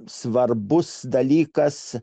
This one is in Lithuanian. svarbus dalykas